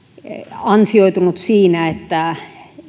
ansioitunut siinä että